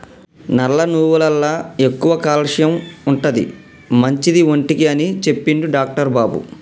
నల్ల నువ్వులల్ల ఎక్కువ క్యాల్షియం ఉంటది, మంచిది ఒంటికి అని చెప్పిండు డాక్టర్ బాబు